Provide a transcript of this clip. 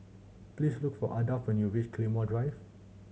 please look for Ardath when you reach Claymore Drive